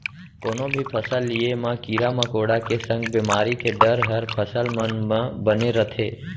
कोनो भी फसल लिये म कीरा मकोड़ा के संग बेमारी के डर हर फसल मन म बने रथे